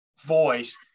voice